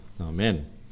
Amen